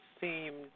seemed